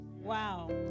Wow